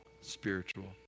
spiritual